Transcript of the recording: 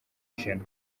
ijana